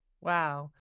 Wow